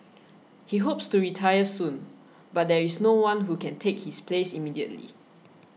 he hopes to retire soon but there is no one who can take his place immediately